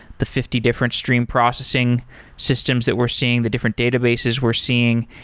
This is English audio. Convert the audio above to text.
the fifty different stream processing systems that we're seeing, the different databases we're seeing,